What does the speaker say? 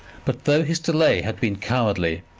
but though his delay had been cowardly,